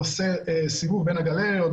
עושה סיבוב בין הגלריות,